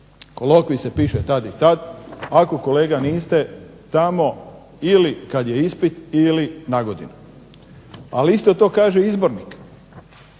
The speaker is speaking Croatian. kolokvij se piše tad i tad, ako kolega niste tamo ili kad je ispit ili na godinu, ali isto to kaže izbornik,